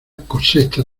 cosecha